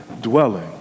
dwelling